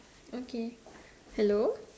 okay hello